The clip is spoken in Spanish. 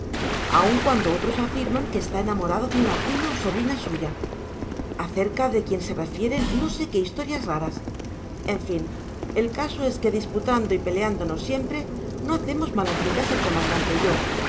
aun cuando otros afirman que está enamorado de una prima o sobrina suya acerca de quien se refieren no sé qué historias raras en fin el caso es que disputando y peleándonos siempre no hacemos malas migas el comandante y yo